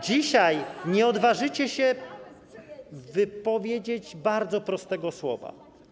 Dzisiaj nie odważycie się wypowiedzieć bardzo prostego słowa.